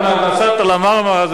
את נסעת על ה"מרמרה".